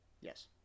Yes